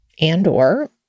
and/or